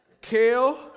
kale